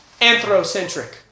anthrocentric